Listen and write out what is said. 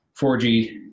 4G